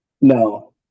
No